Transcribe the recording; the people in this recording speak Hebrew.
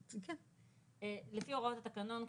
לפי הוראות התקנון,